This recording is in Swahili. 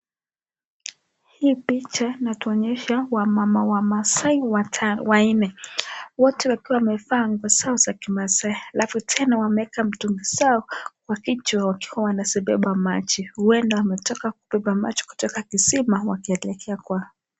Hii picha inatuonyesha wamama wamasai wanne wote wakiwa wamevaa nguo zao za kimasai alafu tena wameeka mtungi zao kwa kichwa wakiwa wanizibeba maji huwenda wametoka kubeba maji kutoka kisima wakielekea kwao.